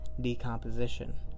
decomposition